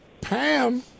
Pam